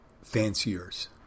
Fanciers